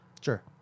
sure